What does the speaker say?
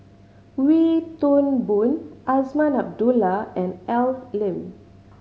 Wee Toon Boon Azman Abdullah and Al Lim